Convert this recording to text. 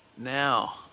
now